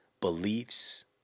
beliefs